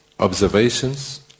observations